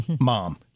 mom